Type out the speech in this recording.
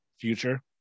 future